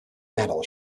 metal